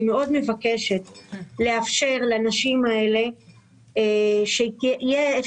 מאוד מבקשת לאפשר לנשים האלה מצב לפיו תהיה להן